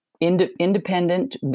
independent